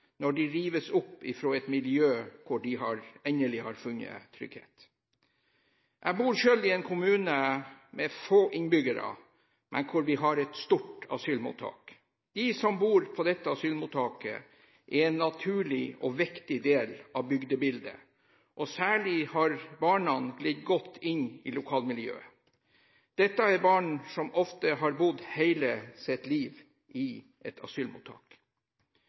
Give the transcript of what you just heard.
når de rives opp fra et miljø hvor de endelig har funnet trygghet. Jeg bor selv i en kommune med få innbyggere, men hvor vi har et stort asylmottak. De som bor på dette asylmottaket, er en naturlig og viktig del av bygdebildet. Særlig har barna glidd godt inn i lokalmiljøet. Dette er barn som ofte har bodd hele sitt liv i et asylmottak.